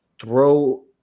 throw